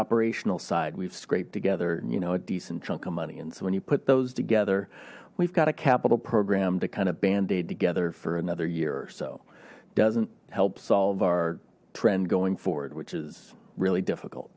operational side we've scraped together you know a decent chunk of money and so when you put those together we've got a capital program to kind of bandaid together for another year or so doesn't help solve our trend going forward which is really